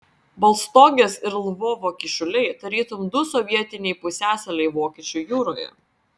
baltstogės ir lvovo kyšuliai tarytum du sovietiniai pusiasaliai vokiečių jūroje